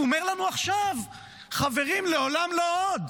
הוא אומר לנו עכשיו: חברים, לעולם לא עוד.